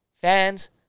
fans